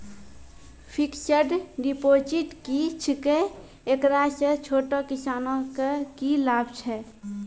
Fixed deposit की छिकै, एकरा से छोटो किसानों के की लाभ छै?